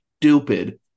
stupid